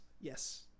yes